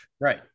right